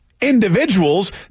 Individuals